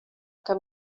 que